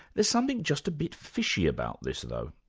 there's something just a bit fishy about this though.